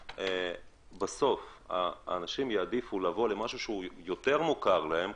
בסוף אנשים יעדיפו משהו שהוא יותר מוכר להם,